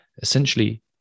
Essentially